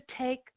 take